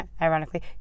Ironically